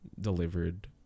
Delivered